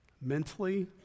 mentally